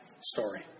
story